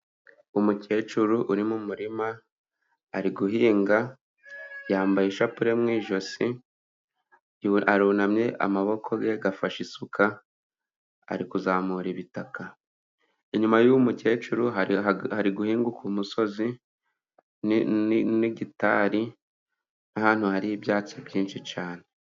Umukecuru uri mu murima ari guhinga yambaye ishapule mu ijosi, arunamye amaboko ye afashe isuka ari kuzamura ibitaka, inyuma y'uwo mukecuru hari guhinguka umusozi n'igitari n'ahantu hari ibyatsi byinshi cyane.